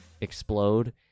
explode